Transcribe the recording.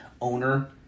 owner